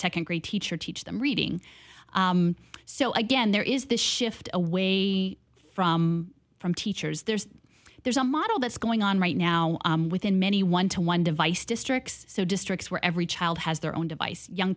second grade teacher teach them reading so again there is this shift away from from teachers there's there's a model that's going on right now within many one to one device districts so districts where every child has their own device young